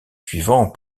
suivants